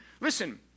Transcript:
listen